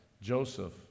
Joseph